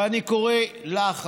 ואני קורא לך,